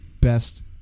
best